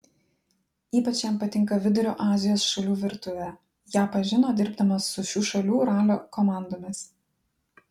ypač jam patinka vidurio azijos šalių virtuvė ją pažino dirbdamas su šių šalių ralio komandomis